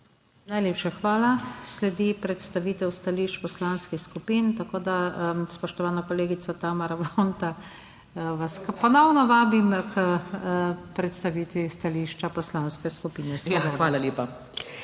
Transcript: Najlepša hvala. Sledi predstavitev stališč poslanskih skupin. Tako, da, spoštovana kolegica Tamara Vonta, vas ponovno vabim k predstavitvi stališča Poslanske skupine Svoboda.